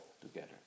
together